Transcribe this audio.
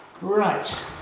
Right